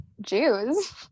Jews